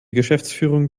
geschäftsführung